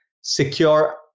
secure